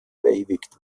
verewigt